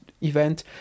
event